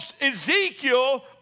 Ezekiel